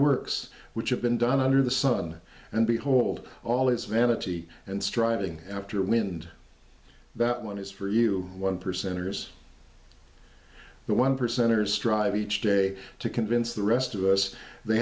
works which have been done under the sun and behold all it's vanity and striving after wind that one is for you one percenters the one percenters strive each day to convince the rest of us they